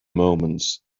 moments